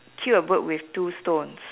kill a bird with two stones